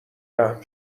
رحم